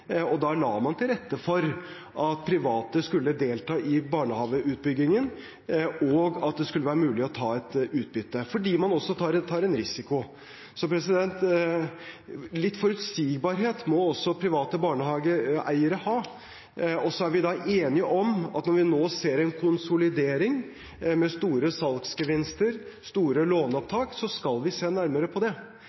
la da til rette for at private skulle delta i barnehageutbyggingen, og at det skulle være mulig å ta ut utbytte – fordi man også tar en risiko. Litt forutsigbarhet må også private barnehageeiere ha. Vi er enige om at når vi nå ser en konsolidering med store salgsgevinster og store låneopptak, skal vi se nærmere på det